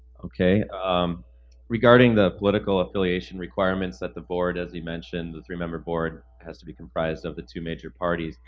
um regarding the political affiliation requirements that the board, as you mentioned, the three member board has to be comprised of the two major parties.